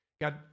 God